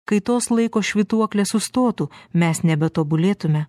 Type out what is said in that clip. kai tos laiko švytuoklės sustotų mes nebetobulėtume